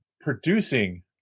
producing